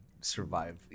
survive